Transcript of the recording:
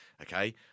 Okay